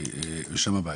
ושם הבעיה.